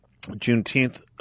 Juneteenth